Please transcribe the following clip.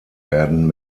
werden